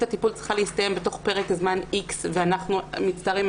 הטיפול צריכה להסתיים תוך פרק זמן מסוים ואנחנו מצטערים,